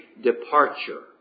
departure